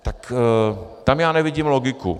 Tak tam já nevidím logiku.